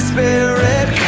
Spirit